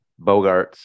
Bogarts